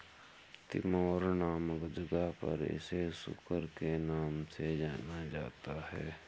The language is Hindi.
तिमोर नामक जगह पर इसे सुकर के नाम से जाना जाता है